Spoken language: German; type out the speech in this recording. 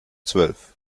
zwölf